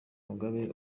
mugabe